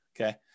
Okay